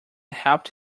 helped